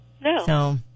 no